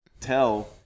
tell